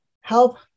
help